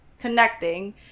connecting